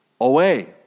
away